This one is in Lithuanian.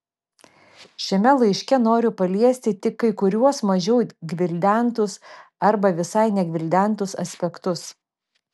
šiame laiške noriu paliesti tik kai kuriuos mažiau gvildentus arba visai negvildentus aspektus